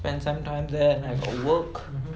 spend sometime there and I got work